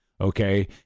okay